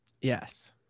Yes